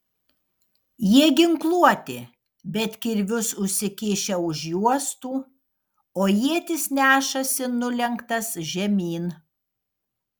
jie ginkluoti bet kirvius užsikišę už juostų o ietis nešasi nulenktas žemyn